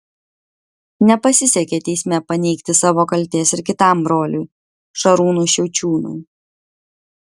nepasisekė teisme paneigti savo kaltės ir kitam broliui šarūnui šiaučiūnui